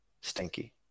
Stinky